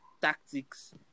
tactics